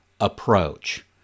approach